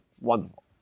Wonderful